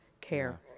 care